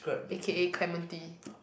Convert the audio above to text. a_k_a clementi